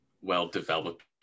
well-developed